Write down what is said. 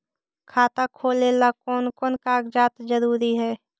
खाता खोलें ला कोन कोन कागजात जरूरी है?